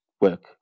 work